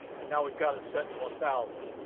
and now we've got it set to one thousand.